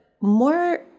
more